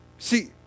See